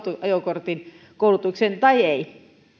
ajokorttikoulutuksen tai ei